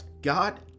God